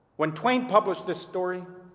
when twain published this story,